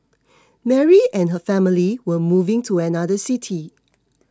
Mary and her family were moving to another city